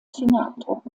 fingerabdruck